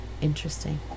Interesting